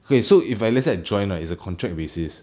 okay so if I let's say I join ah it's a contract basis